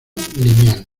lineal